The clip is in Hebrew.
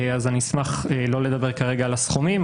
אז אני אשמח לא לדבר כרגע על הסכומים,